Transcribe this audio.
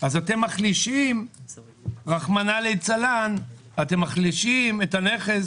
אז אתם מחלישים רחמנא ליצלן את הנכס